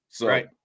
Right